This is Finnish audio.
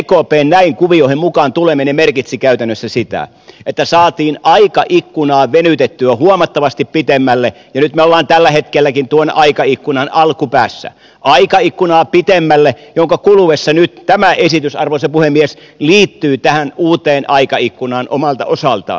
ekpn näin kuvioihin mukaan tuleminen merkitsi käytännössä sitä että saatiin aikaikkunaa venytettyä huomattavasti pitemmälle ja nyt me olemme tällä hetkelläkin tuon aikaikkunan alkupäässä ja sen kuluessa nyt tämä esitys arvoisa puhemies liittyy tähän uuteen aikaikkunaan omalta osaltaan